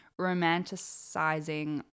romanticizing